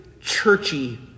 churchy